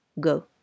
Go